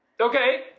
okay